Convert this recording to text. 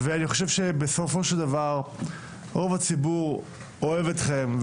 ואני חושב שבסופו של דבר רוב הציבור אוהב אתכם,